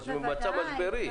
בוודאי.